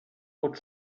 pot